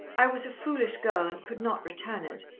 i was a foolish girl, and could not return it.